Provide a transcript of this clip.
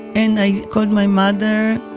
and i called my mother,